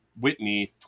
Whitney